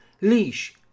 Leash